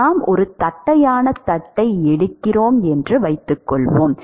நாம் ஒரு தட்டையான தட்டு எடுக்கிறோம் என்று வைத்துக்கொள்வோம்